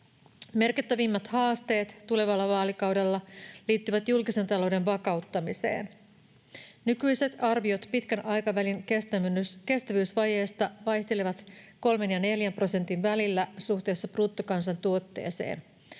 Merkittävimmät haasteet tulevalla vaalikaudella liittyvät julkisen talouden vakauttamiseen. Nykyiset arviot pitkän aikavälin kestävyysvajeesta vaihtelevat kolmen ja neljän prosentin välillä suhteessa bruttokansantuotteeseen.